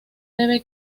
debe